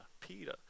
Peter